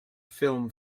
film